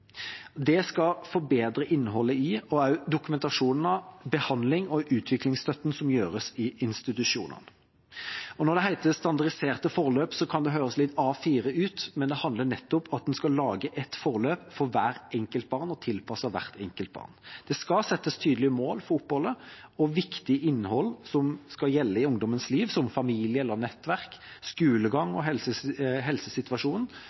Det skal forbedre innholdet i og dokumentasjon av behandlingen og utviklingsstøtten som gjøres i institusjonene. At det heter standardiserte forløp, kan høres litt A4 ut, men det handler nettopp om at en skal lage et forløp for hvert enkelt barn, og tilpasset hvert enkelt barn. Det skal settes tydelige mål for oppholdet og viktig innhold som skal gjelde i ungdommens liv, som familie eller nettverk,